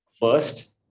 first